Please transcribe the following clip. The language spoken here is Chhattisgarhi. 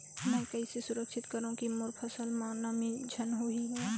मैं कइसे सुरक्षित करो की मोर फसल म नमी झन होही ग?